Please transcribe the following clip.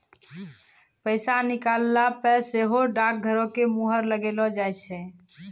पैसा निकालला पे सेहो डाकघरो के मुहर लगैलो जाय छै